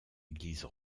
église